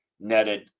netted